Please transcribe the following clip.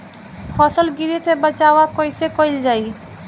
फसल गिरे से बचावा कैईसे कईल जाई?